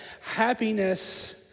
happiness